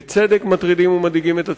בצדק הם מטרידים ומדאיגים את הציבור,